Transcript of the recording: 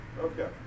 Okay